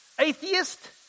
Atheist